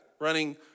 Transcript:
running